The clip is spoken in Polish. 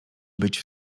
być